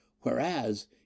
whereas